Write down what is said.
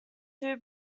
two